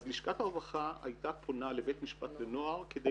אז לשכת הרווחה הייתה פונה לבית משפט לנוער כדי